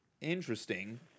Interesting